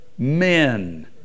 Men